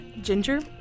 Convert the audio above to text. Ginger